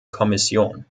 kommission